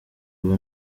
ubu